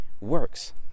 works